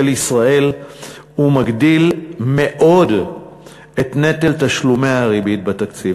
ישראל ומגדיל מאוד את נטל תשלומי הריבית בתקציב.